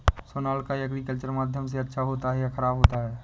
Sonalika agriculture माध्यम से अच्छा होता है या ख़राब होता है?